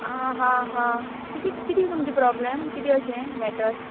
आ हा हा कितें किदें तुमची प्रॉब्लम किदें अशें मॅटर